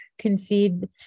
concede